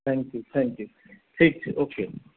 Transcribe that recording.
thank you thank you ठीक छै ओ के